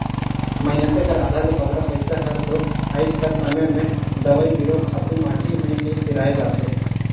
मइनसे कर आधा ले बगरा पइसा हर दो आएज कर समे में दवई बीरो, खातू माटी में ही सिराए जाथे